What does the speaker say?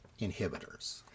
inhibitors